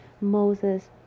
Moses